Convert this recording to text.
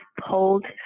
hold